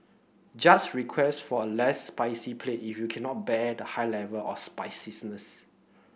just request for a less spicy plate if you cannot bear the high level of spiciness